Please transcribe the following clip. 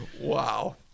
Wow